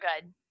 good